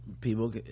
people